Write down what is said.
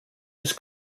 his